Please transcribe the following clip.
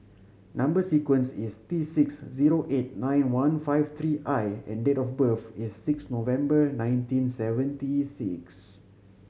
number sequence is T six zero eight nine one five three I and date of birth is six November nineteen seventy six